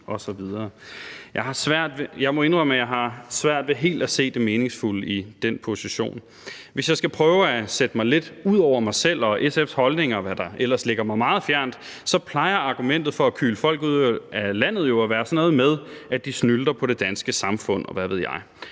jeg har svært ved helt at se det meningsfulde i den position. Hvis jeg skal prøve at sætte mig lidt ud over mig selv og SF's holdninger, hvad der ellers ligger mig meget fjernt, så plejer argumentet for at kyle folk ud af landet jo at være sådan noget med, at de snylter på det danske samfund,